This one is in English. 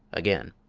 again.